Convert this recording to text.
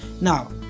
now